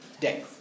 day